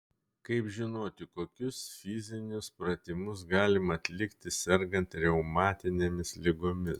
kaip žinoti kokius fizinius pratimus galima atlikti sergant reumatinėmis ligomis